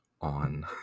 on